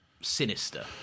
sinister